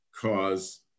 cause